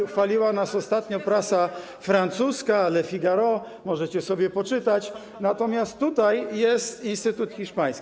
Bo chwaliła nas ostatnio prasa francuska, „Le Figaro”, możecie sobie poczytać natomiast tutaj jest instytut hiszpański.